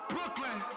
Brooklyn